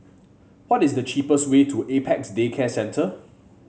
what is the cheapest way to Apex Day Care Centre